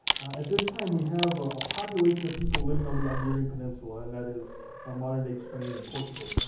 at this time we have a population of people living on the iberian peninsula, and that is ah modern day spain and portugal.